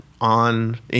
on